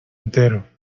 entero